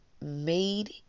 made